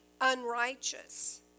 unrighteous